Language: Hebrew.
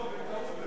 טעות.